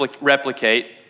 replicate